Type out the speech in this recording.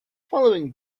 following